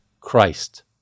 Christ